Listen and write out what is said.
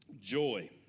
joy